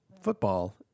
football